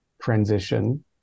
transition